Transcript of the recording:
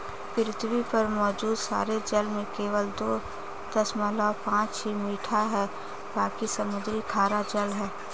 पृथ्वी पर मौजूद सारे जल में केवल दो दशमलव पांच ही मीठा है बाकी समुद्री खारा जल है